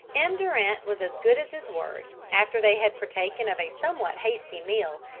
m. durant was as good as his word after they had partaken of a somewhat hasty meal,